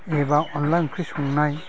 एबा अनद्ला ओंख्रि संनाय